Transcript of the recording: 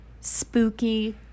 spooky